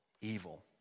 evil